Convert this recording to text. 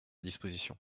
disposition